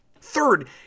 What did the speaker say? Third